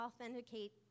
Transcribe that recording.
authenticate